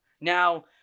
Now